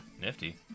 Nifty